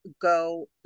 go